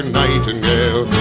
nightingale